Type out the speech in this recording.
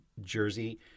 Jersey